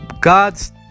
God's